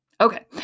Okay